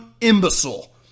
imbecile